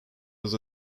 was